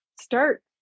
start